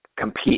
Compete